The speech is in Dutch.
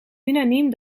unaniem